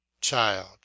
Child